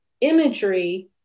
imagery